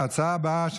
ההצעה הבאה,